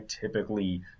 typically